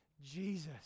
Jesus